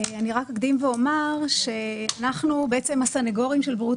אקדים ואומר שאנחנו בעצם הסנגורים של בריאות